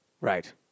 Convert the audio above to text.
Right